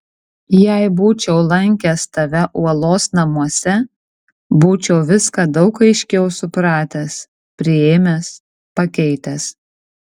jei būčiau lankęs tave uolos namuose būčiau viską daug aiškiau supratęs priėmęs pakeitęs